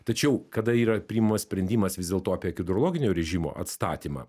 tačiau kada yra priimamas sprendimas vis dėlto apie hidrologinio rėžimo atstatymą